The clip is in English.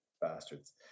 bastards